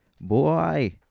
Boy